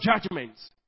judgments